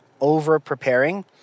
over-preparing